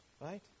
right